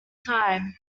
time